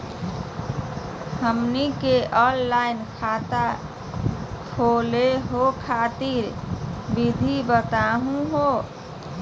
हमनी के ऑनलाइन खाता खोलहु खातिर विधि बताहु हो?